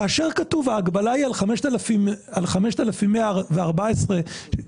כאשר כתוב שההגבלה היא על 5,114 שקל,